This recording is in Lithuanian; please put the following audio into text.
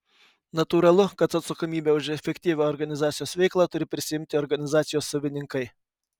natūralu kad atsakomybę už efektyvią organizacijos veiklą turi prisiimti organizacijos savininkai